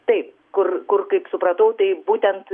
tai kur kur kaip supratau tai būtent